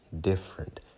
different